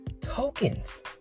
tokens